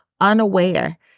unaware